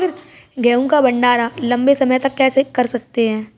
गेहूँ का भण्डारण लंबे समय तक कैसे कर सकते हैं?